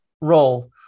role